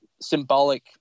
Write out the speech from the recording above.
symbolic